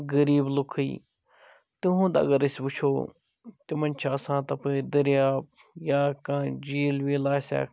غریٖب لُکھے تِہُنٛد اگر أسۍ وُچھو تِمن چھُ آسان تَپٲرۍ دٔرۍیاو یا کانٛہہ جھیٖل ویٖل آسٮ۪کھ